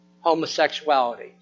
Homosexuality